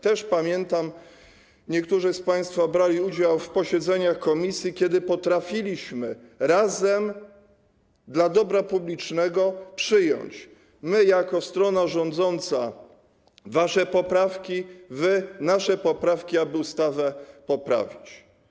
Też pamiętam, niektórzy z państwa brali udział w posiedzeniach komisji, kiedy potrafiliśmy razem dla dobra publicznego przyjąć poprawki - my jako strona rządząca wasze poprawki, a wy nasze poprawki, aby ustawę poprawić.